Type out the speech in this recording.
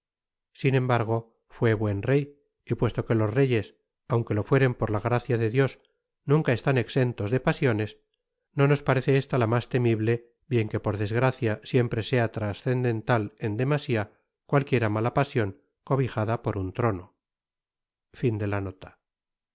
sin embargo fué buen rey y puesto que tos royes aunque to fueron por ta gracia de dios nunca están eventos de pasiones no nos parece esta ta mas temibte bien que por desgracia siempre sea trascendentat en demasia cuatquiera mata pasion cobijada por un trono